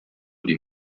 die